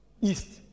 east